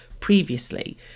previously